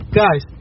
guys